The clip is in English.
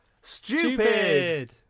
Stupid